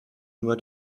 nur